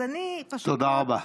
תודה רבה.